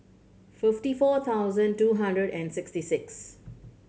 fifty four thousand two hundred and sixty six